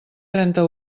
trenta